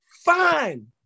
Fine